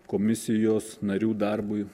komisijos narių darbui